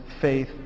faith